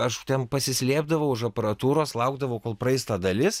aš ten pasislėpdavau už aparatūros laukdavau kol praeis ta dalis